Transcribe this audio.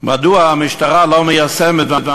מדוע המשטרה והממשלה לא מיישמות את